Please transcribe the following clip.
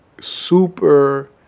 super